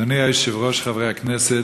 אדוני היושב-ראש, חברי הכנסת,